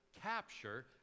capture